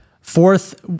Fourth